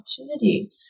opportunity